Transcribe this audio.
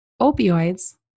opioids